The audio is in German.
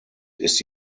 ist